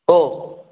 हो